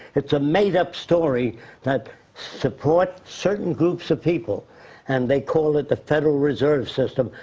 it's a made up story that support certain groups of people and they call it the federal reserve system,